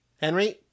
Henry